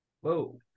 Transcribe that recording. Whoa